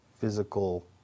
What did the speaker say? physical